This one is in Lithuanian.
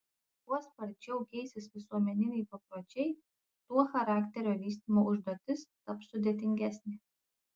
kuo sparčiau keisis visuomeniniai papročiai tuo charakterio vystymo užduotis taps sudėtingesnė